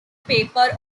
paper